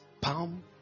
palm